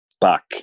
back